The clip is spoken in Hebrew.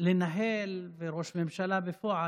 ולנהל וראש ממשלה בפועל.